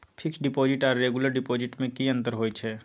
Fix deposit आर regular deposit में की अंतर होय छै?